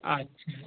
আচ্ছা